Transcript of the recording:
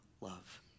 love